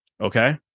Okay